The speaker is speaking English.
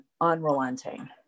unrelenting